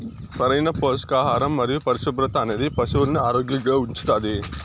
సరైన పోషకాహారం మరియు పరిశుభ్రత అనేది పశువులను ఆరోగ్యంగా ఉంచుతాది